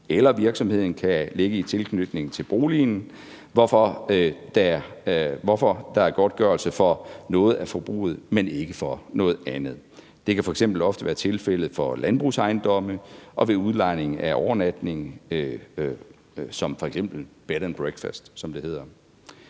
eller virksomheden kan ligge i tilknytning til boligen, hvorfor der er godtgørelse for noget af forbruget, men ikke for noget andet. Det kan f.eks. ofte være tilfældet for landbrugsejendomme og ved udlejning til overnatning som f.eks. bed and breakfast,